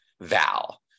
Val